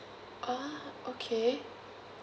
ah okay